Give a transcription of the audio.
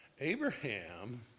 Abraham